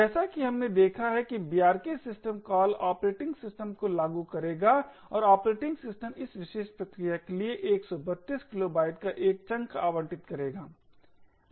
जैसा कि हमने देखा है कि brk system call operating system को लागू करेगा और ऑपरेटिंग सिस्टम इस विशेष प्रक्रिया के लिए 132 किलोबाइट का एक चंक आवंटित करेगा